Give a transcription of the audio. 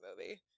movie